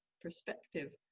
perspective